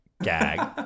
gag